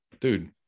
dude